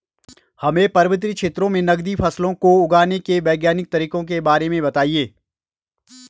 हमें पर्वतीय क्षेत्रों में नगदी फसलों को उगाने के वैज्ञानिक तरीकों के बारे में बताइये?